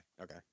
Okay